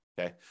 Okay